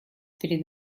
перед